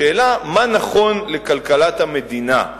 השאלה מה נכון לכלכלת המדינה.